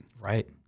Right